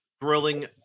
thrilling